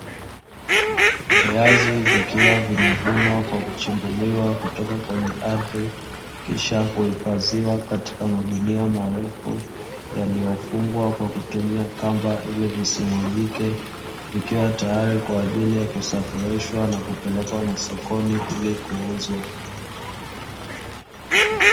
Viazi vikiwa vimevunwa kwa kuchimbuliwa kutoka kwenye ardhi, kisha kuihifadhiwa katika magunia marefu, yaliyofungwa kwa kutumia kamba ili visimwagike, vikiwa tayari kwa ajili ya kusafirishwa na kupelekwa masokoni ili kuuzwa.